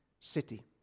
city